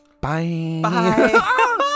Bye